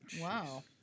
Wow